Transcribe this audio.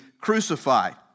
crucified